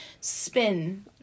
spin